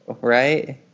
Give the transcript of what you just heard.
right